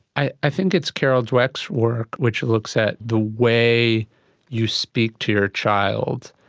i think it's carol dweck's work which looks at the way you speak to your child,